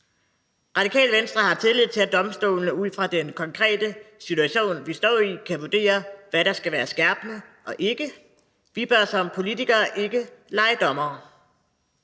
Radikale Venstre har tillid til, at domstolene ud fra den konkrete situation, vi står i, kan vurdere, hvad der skal være skærpende, og hvad der ikke skal. Vi bør som politikere ikke lege dommere.